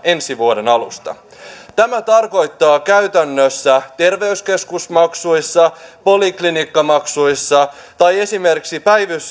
ensi vuoden alusta tämä tarkoittaa käytännössä terveyskeskusmaksuissa poliklinikkamaksuissa tai esimerkiksi